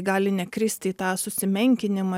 gali nekristi į tą susimenkinimą